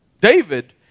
David